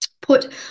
put